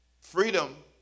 freedom